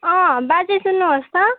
अँ बाजे सुन्नुहोस् त